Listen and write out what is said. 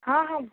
हा हा